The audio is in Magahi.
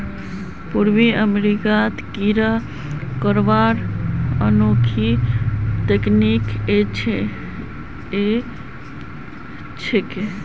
पूर्वी अमेरिकात कीरा मरवार अनोखी तकनीक ह छेक